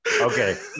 Okay